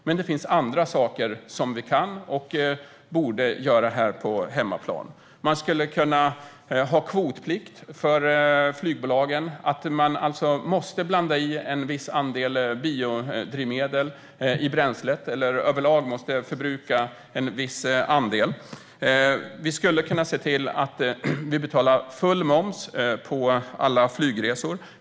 Men det finns andra saker som vi kan och borde göra här på hemmaplan. Man skulle kunna ha kvotplikt för flygbolagen, alltså att de måste blanda i en viss andel biodrivmedel i bränslet eller överlag förbruka en viss andel. Vi skulle kunna se till att vi betalar full moms på alla flygresor.